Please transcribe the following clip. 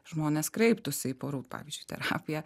žmonės kreiptųsi į porų pavyzdžiui terapiją